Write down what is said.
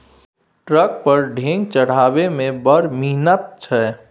truck पर ढेंग चढ़ेबामे बड़ मिहनत छै